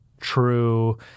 true